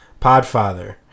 podfather